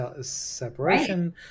separation